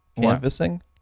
canvassing